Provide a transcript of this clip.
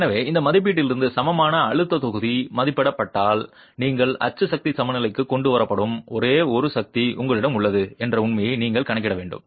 எனவே இந்த மதிப்பீட்டிலிருந்து சமமான அழுத்தத் தொகுதி மதிப்பிடப்பட்டால் நீங்கள் அச்சு சக்தி சமநிலைக்கு கொண்டு வரப்படும் ஒரே ஒரு சக்தி உங்களிடம் உள்ளது என்ற உண்மையை நீங்கள் கணக்கிட வேண்டும்